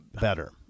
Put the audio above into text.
better